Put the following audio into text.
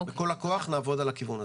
בכל הכוח נעבוד על הכיוון הזה.